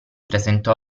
presentò